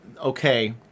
okay